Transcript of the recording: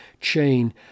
chain